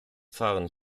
fahren